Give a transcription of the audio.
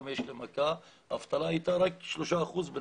לפני הקורונה האבטלה בנצרת הייתה רק שלושה אחוזים,